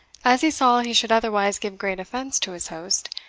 as he saw he should otherwise give great offence to his host,